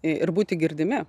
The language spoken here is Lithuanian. i ir būti girdimi